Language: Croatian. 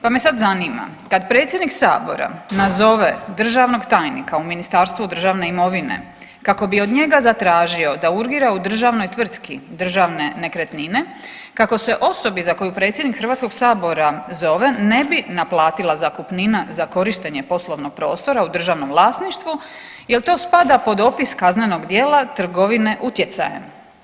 Pa me sad zanima, kad predsjednik Sabora nazove državnog tajnika u Ministarstvu državne imovine kako bi od njega zatražio da urgira u državnoj tvrtki Državne nekretnine, kako se osobi za koju predsjednik HS-a zove ne bi naplatila zakupnina za korištenje poslovnog prostora u državnom vlasništvu, je li to spada pod opis kaznenog djela trgovine utjecajem?